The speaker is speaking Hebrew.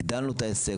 הגדלנו את העסק,